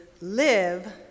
Live